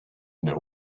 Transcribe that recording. inner